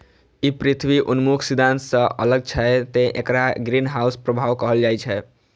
ई पृथ्वी उन्मुख सिद्धांत सं अलग छै, तें एकरा ग्रीनहाउस प्रभाव कहल जाइ छै